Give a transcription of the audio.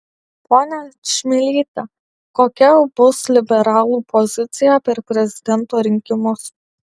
ponia čmilyte kokia bus liberalų pozicija per prezidento rinkimus